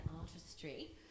Artistry